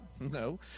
No